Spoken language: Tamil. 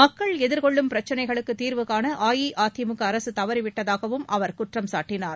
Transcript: மக்கள் எதிர்கொள்ளும் பிரச்சினைகளுக்கு தீர்வுகான அஇஅதிமுக அரசு தவறிவிட்டதாகவும் அவர் குற்றம் சாட்டனார்